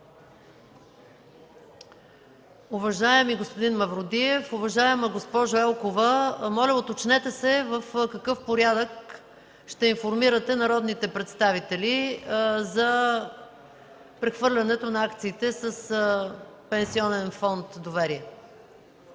Уважаеми господин Мавродиев, уважаема госпожо Елкова, моля, уточнете се в какъв порядък ще информирате народните представители за прехвърлянето на акциите с Пенсионен фонд „Доверие”.